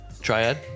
triad